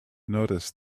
noticed